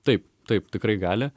taip taip tikrai gali